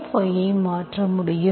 gyஐ மாற்ற முடியும்